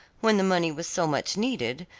when the money was so much needed,